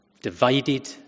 divided